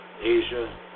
Asia